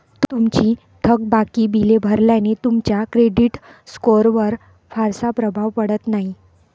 तुमची थकबाकी बिले भरल्याने तुमच्या क्रेडिट स्कोअरवर फारसा प्रभाव पडत नाही